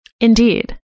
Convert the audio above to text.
Indeed